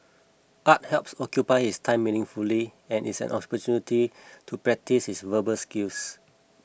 art helps occupy his time meaningfully and is an opportunity to practise his verbal skills